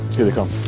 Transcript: here they come.